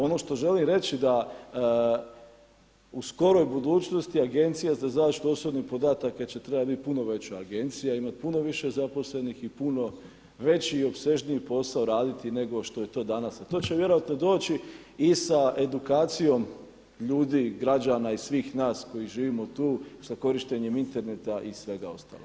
Ono što želim reći da u skoroj budućnosti Agencija za zaštitu osobnih podataka će trebati biti puno veća agencija, imati puno više zaposlenih i puno veći i opsežniji posao raditi nego što je to danas, a to će vjerojatno doći i sa edukacijom ljudi, građana i svih nas koji živimo tu sa korištenjem interneta i svega ostalog.